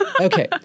Okay